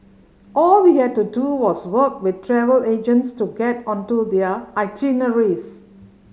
all we had to do was work with travel agents to get onto their itineraries